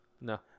No